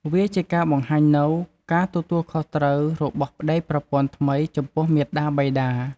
វាជាការបង្ហាញនូវការទទួលខុសត្រូវរបស់ប្តីប្រពន្ធថ្មីចំពោះមាតាបិតា។